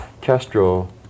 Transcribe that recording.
Castro